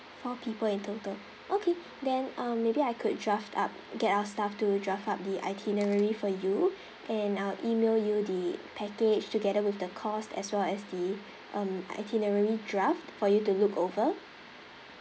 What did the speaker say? four people in total okay then um maybe I could draft up get our staff to draft up the itinerary for you and I'll email you the package together with the cost as well as the um itinerary draft for you to look over